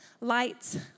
light